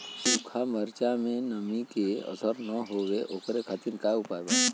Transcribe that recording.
सूखा मिर्चा में नमी के असर न हो ओकरे खातीर का उपाय बा?